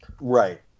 Right